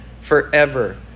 forever